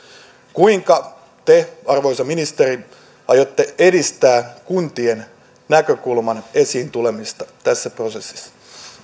kuinka te arvoisa ministeri aiotte edistää kuntien näkökulman esiin tulemista tässä prosessissa